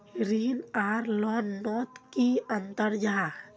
ऋण आर लोन नोत की अंतर जाहा?